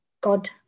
God